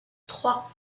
trois